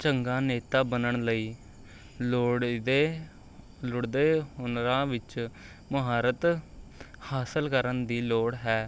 ਚੰਗਾ ਨੇਤਾ ਬਣਨ ਲਈ ਲੋੜੀਂਦੇ ਹੁਨਰਾਂ ਵਿੱਚ ਮੁਹਾਰਤ ਹਾਸਲ ਕਰਨ ਦੀ ਲੋੜ ਹੈ